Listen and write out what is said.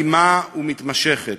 אלימה ומתמשכת.